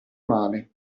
male